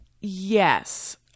Yes